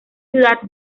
ciudad